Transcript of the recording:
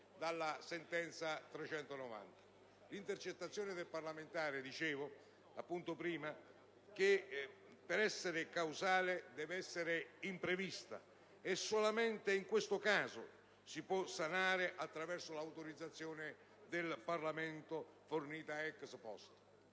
dalla sentenza n. 390 del 2007. L'intercettazione del parlamentare - dicevo prima - per essere casuale deve essere imprevista, e solamente in questo caso si può sanare attraverso l'autorizzazione del Parlamento fornita *ex post*.